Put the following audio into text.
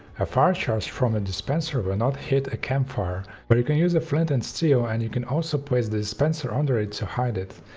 a fire charge from a dispenser will not hit a campfire, but you can use a flint and steel and you can also place the dispenser under it to hide it.